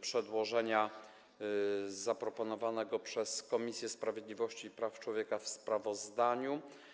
przedłożenia zaproponowanego przez Komisję Sprawiedliwości i Praw Człowieka w sprawozdaniu.